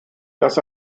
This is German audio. das